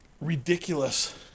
ridiculous